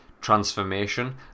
transformation